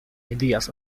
ideas